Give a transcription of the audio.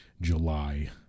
July